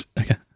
Okay